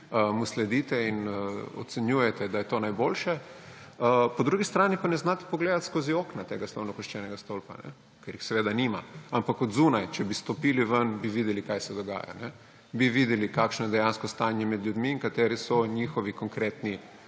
mu sledite in ocenjujete, da je to najboljše. Po drugi strani pa ne znate pogledati skozi okno tega slonokoščenega stolpa, ker jih seveda nima. Ampak zunaj, če bi stopili ven, bi videli, kaj se dogaja; bi videli, kakšno je dejansko stanje med ljudmi in kateri so njihovi konkretni